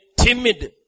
timid